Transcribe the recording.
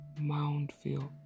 Moundville